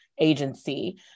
Agency